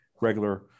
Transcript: regular